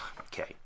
Okay